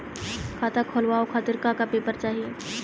खाता खोलवाव खातिर का का पेपर चाही?